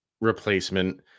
replacement